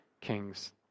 Kings